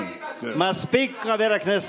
מספיק.